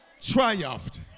Triumphed